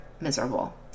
miserable